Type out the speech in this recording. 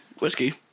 whiskey